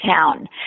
town